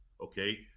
okay